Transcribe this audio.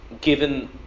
given